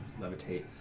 levitate